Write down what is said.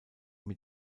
mit